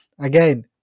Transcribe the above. Again